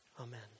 Amen